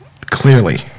Clearly